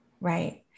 Right